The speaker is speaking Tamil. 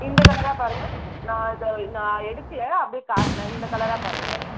இந்த கலரை பாருங்கள் நான் இதை நான் எடுக்கலை அப்டேயே காட்டுறேன் இந்த கலரை பாருங்கள்